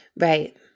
Right